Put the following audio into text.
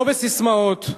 לא בססמאות,